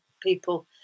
people